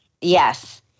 Yes